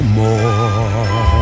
more